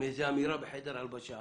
מאמירה בחדר הלבשה